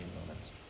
moments